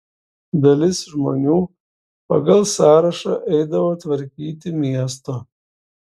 dalis žmonių pagal sąrašą eidavo tvarkyti miesto